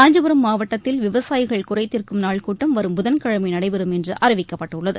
காஞ்சிபுரம் மாவட்டத்தில் விவசாயிகள் குறைதீர்க்கும் நாள் கூட்டம் வரும் புதன்கிழமை நடைபெறும் என்று அறிவிக்கப்பட்டுள்ளது